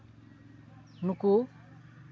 ᱱᱩᱠᱩ